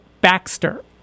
Baxter